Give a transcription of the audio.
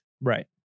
Right